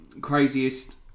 craziest